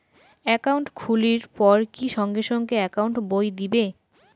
Account খুলির পর কি সঙ্গে সঙ্গে একাউন্ট বই দিবে?